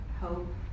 hope